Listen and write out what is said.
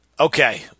Okay